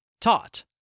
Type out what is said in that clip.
Taught